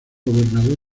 gobernador